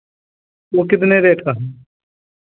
वो कितने रेट का है